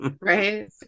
Right